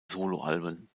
soloalben